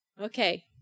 Okay